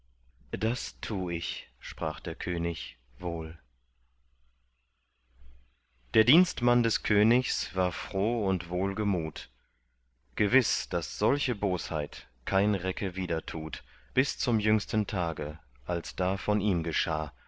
das tu ich sprach der könig wohl der dienstmann des königs war froh und wohlgemut gewiß daß solche bosheit kein recke wieder tut bis zum jüngsten tage als da von ihm geschah